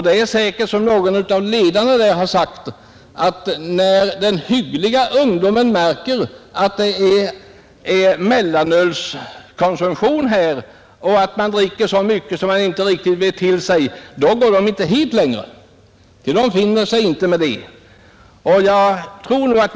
Det är säkerligen så som någon av ledarna sagt att när den hyggliga ungdomen märker att det förekommer mellanölskonsumtion och att en del dricker så mycket att de inte riktigt vet till sig, då går de hyggliga ungdomarna inte dit längre, ty de finner sig inte i sådant.